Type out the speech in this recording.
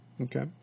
Okay